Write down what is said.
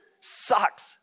sucks